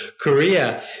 Korea